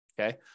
okay